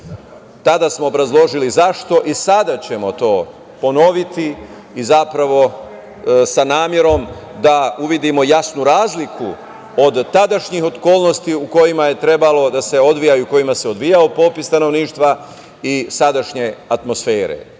Tada smo obrazložili zašto i sada ćemo to ponoviti zapravo sa namerom da uvidimo jasnu razliku od tadašnjih okolnosti u kojima je trebalo da se odvija i u kojima se odvijao popis stanovništva i sadašnje atmosfere. Dakle,